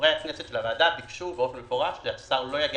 חברי הכנסת של הוועדה ביקשו באופן מפורש שהשר לא יגיע